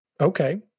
okay